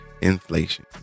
inflation